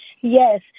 Yes